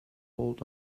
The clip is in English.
hold